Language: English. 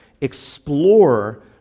explore